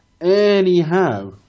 Anyhow